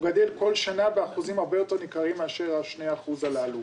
הוא גדל כל שנה באחוזים הרבה יותר ניכרים מאשר 2% הללו.